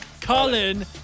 Colin